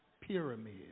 pyramid